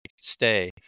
stay